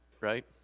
right